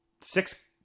six